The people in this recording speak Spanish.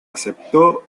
aceptó